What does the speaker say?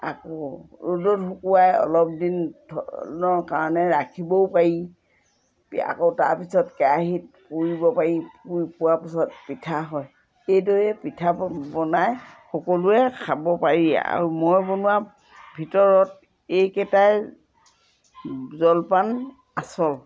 আকৌ ৰ'দত শুকুৱাই অলপ দিন ধৰণৰ কাৰণে ৰাখিবও পাৰি আকৌ তাৰপিছত কেৰাহীত পুৰিবও পাৰি পুৰ পুৰা পিছত পিঠা হয় এইদৰে পিঠা বনাই সকলোৱে খাব পাৰি আৰু মই বনোৱা ভিতৰত এইকেইটাই জলপান আচল